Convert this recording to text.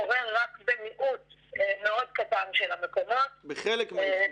קורה רק במיעוט מאוד קטן של המקומות -- בחלק מהיחידות.